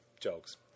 jokes